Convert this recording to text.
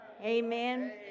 Amen